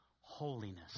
holiness